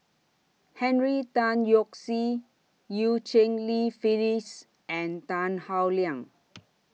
Henry Tan Yoke See EU Cheng Li Phyllis and Tan Howe Liang